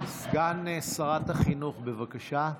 סגן שרת החינוך, בבקשה.